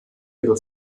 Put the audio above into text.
ihre